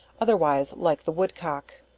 otherwise like the woodcock.